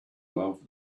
love